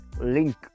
link